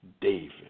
David